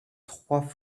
trois